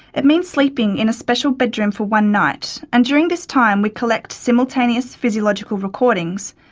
it means sleeping in a special bedroom for one night, and during this time we collect simultaneous physiological recordings,